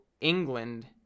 England